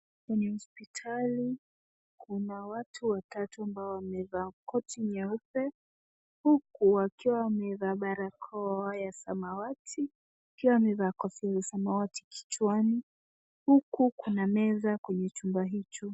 Kwenye hospitali, kuna watu watatu ambao wamevaa koti nyeupe, huku wakiwa wamevaa barakoa ya samawati. Pia wamevaa kofia ya samawati kichwani, huku kuna meza kwenye chumba hicho.